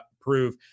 prove